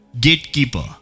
gatekeeper